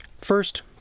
First